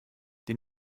die